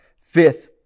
Fifth